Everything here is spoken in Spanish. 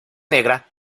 negra